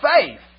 faith